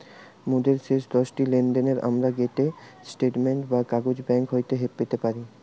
মোদের শেষ দশটি লেনদেনের আমরা গটে স্টেটমেন্ট বা কাগজ ব্যাঙ্ক হইতে পেতে পারি